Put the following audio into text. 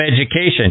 education